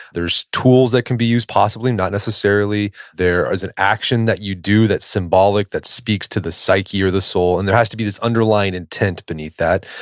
there's tools that can be used, possibly not necessarily. there is an action that you do that's symbolic, that speaks to the psyche or the soul, and there has to be this underlying intent beneath that.